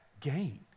gain